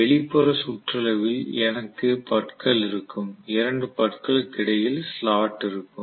வெளிப்புற சுற்றளவில் எனக்கு பற்கள் இருக்கும் இரண்டு பற்களுக்கு இடையில் ஸ்லாட் இருக்கும்